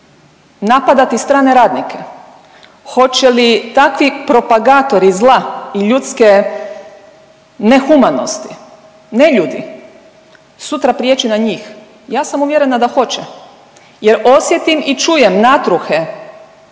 napadati strane radnike? Hoće li takvi propagatori zla i ljudske nehumanosti, neljudi sutra priječi na njih? Ja sam uvjerena da hoće, jer osjetim i čujem natruhe